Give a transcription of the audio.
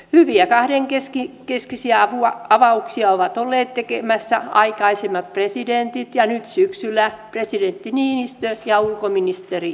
hyviä kahdenkeskisiä avauksia ovat olleet tekemässä aikaisemmat presidentit ja nyt syksyllä presidentti niinistö ja ulkoministeri soini